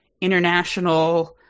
international